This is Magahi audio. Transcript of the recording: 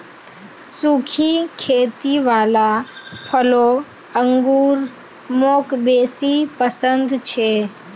सुखी खेती वाला फलों अंगूर मौक बेसी पसन्द छे